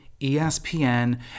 espn